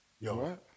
Yo